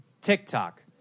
TikTok